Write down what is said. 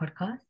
podcast